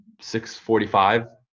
6.45